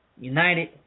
united